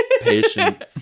patient